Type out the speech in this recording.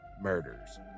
Murders